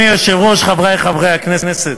אדוני היושב-ראש, חברי חברי הכנסת,